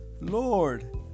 Lord